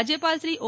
રાજ્યપાલ શ્રી ઓ